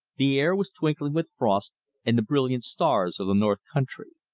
the air was twinkling with frost and the brilliant stars of the north country.